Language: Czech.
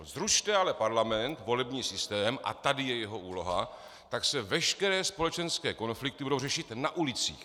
Zrušte ale parlament, volební systém a tady je jeho úloha , tak se veškeré společenské konflikty budou řešit na ulicích.